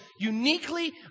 uniquely